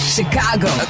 Chicago